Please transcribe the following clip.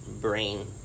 brain